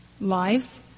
lives